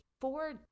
four